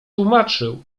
tłumaczył